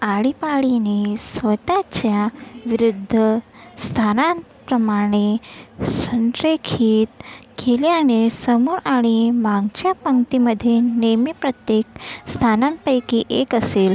आळीपाळीने स्वतःच्या विरुद्ध स्थानांप्रमाणे संरेखित केल्याने समोर आणि मागच्या पंक्तीमध्ये नेहमी प्रत्येक स्थानांपैकी एक असेल